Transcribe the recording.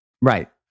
Right